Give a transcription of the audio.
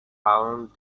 found